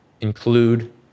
include